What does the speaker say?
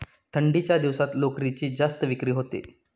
थंडीच्या दिवसात लोकरीची जास्त विक्री होते